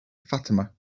fatima